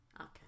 Okay